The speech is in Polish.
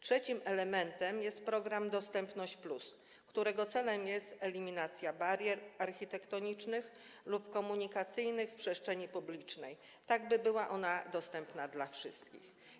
Trzecim elementem jest program „Dostępność+”, którego celem jest eliminacja barier architektonicznych lub komunikacyjnych w przestrzeni publicznej, tak by była ona dostępna dla wszystkich.